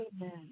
Amen